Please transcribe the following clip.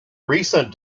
recent